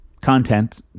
content